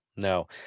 No